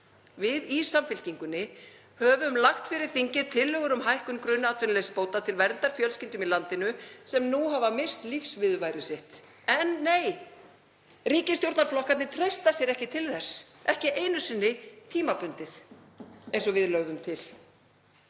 Við í Samfylkingunni höfum lagt fyrir þingið tillögur um hækkun grunnatvinnuleysisbóta til verndar fjölskyldum í landinu sem nú hafa misst lífsviðurværi sitt. En nei, ríkisstjórnarflokkarnir treysta sér ekki til þess, ekki einu sinni tímabundið eins og við lögðum til.